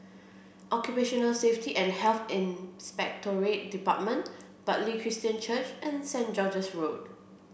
Occupational Safety and Health Inspectorate Department Bartley Christian Church and Saint George's Road